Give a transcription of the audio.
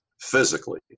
physically